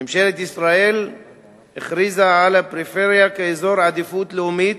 ממשלת ישראל הכריזה על הפריפריה כאזור עדיפות לאומית